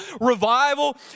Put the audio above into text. revival